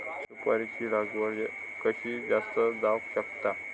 सुपारीची लागवड कशी जास्त जावक शकता?